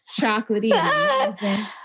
chocolatey